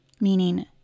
meaning